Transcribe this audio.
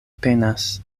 penas